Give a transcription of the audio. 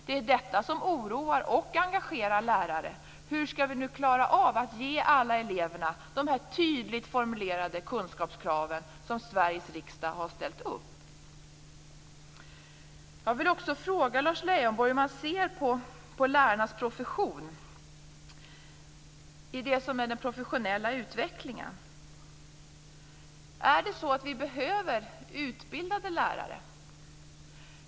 Det är detta som oroar och engagerar lärare, hur de skall klara av att ge alla eleverna det som förutsätts i de tydligt formulerade kunskapskrav som Sveriges riksdag har ställt upp. Jag vill också fråga Lars Leijonborg hur han ser på lärarnas profession, den professionella utvecklingen. Är det så att vi behöver utbildade lärare?